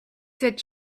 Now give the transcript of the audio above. sept